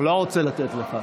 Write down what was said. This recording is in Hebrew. רוצה לתת לך.